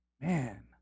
Man